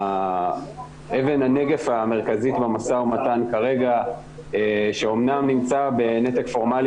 אבן הנגף המרכזית במשא ומתן כרגע שאמנם נמצא בנתק פורמלי